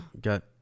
got